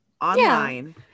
online